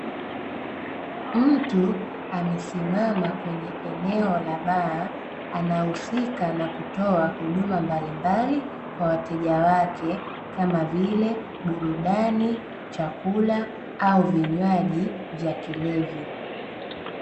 Mtu amesimama kwenye eneo la baa, anahusika na kutoa huduma mbalimbali kwa wateja wake kama vile; burudani, chakula au vinywaji vya kilevi.